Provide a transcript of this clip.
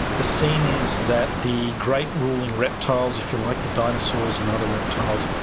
the scene is that the great ruling reptiles, if you like, the dinosaurs and other reptiles,